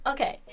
Okay